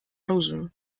оружию